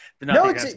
No